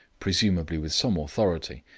presumably with some authority,